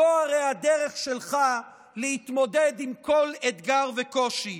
זו הרי הדרך שלך להתמודד עם כל אתגר וקושי.